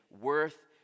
worth